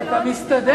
אתה מסתדר,